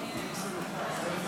נתקבלו.